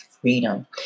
freedom